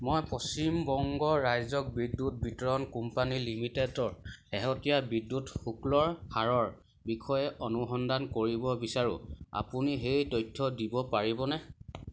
মই পশ্চিম বংগ ৰাজ্য়ৰ বিদ্যুৎ বিতৰণ কোম্পানী লিমিটেডৰ শেহতীয়া বিদ্যুৎ শুল্কৰ হাৰৰ বিষয়ে অনুসন্ধান কৰিব বিচাৰোঁ আপুনি সেই তথ্য দিব পাৰিবনে